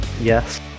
Yes